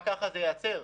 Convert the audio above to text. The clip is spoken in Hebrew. רק כך זה ייעצר.